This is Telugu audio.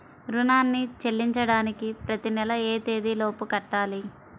రుణాన్ని చెల్లించడానికి ప్రతి నెల ఏ తేదీ లోపు కట్టాలి?